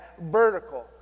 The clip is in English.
vertical